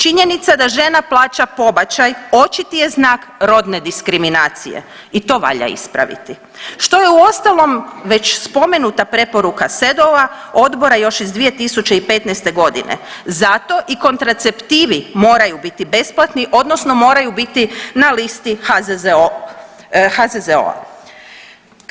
Činjenica da žena plaća pobačaj očiti je znak rodne diskriminacije i to valja ispraviti, što je uostalom već spomenuta preporuka CEDAW-a odbora još iz 2015.g. zato i kontraceptivi moraju biti besplatni odnosno moraju biti na listi HZZO-a.